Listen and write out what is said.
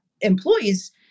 employees